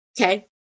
Okay